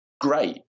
great